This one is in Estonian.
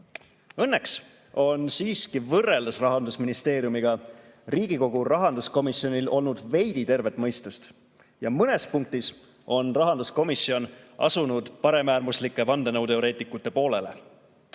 on siiski võrreldes Rahandusministeeriumiga Riigikogu rahanduskomisjonil olnud veidi tervet mõistust ja mõnes punktis on rahanduskomisjon asunud paremäärmuslike vandenõuteoreetikute poolele.